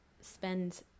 spend